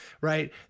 right